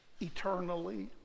eternally